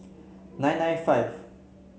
nine nine five